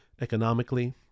economically